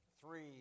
three